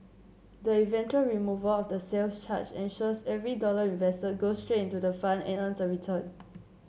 the eventual removal of the sales charge ensures every dollar invested goes straight into the fund and earns a return